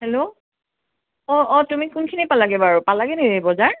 hello অঁ অঁ তুমি কোনখিনি পালাগৈ বাৰু পালাগৈ নেকি বজাৰ